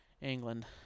England